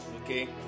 okay